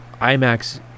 IMAX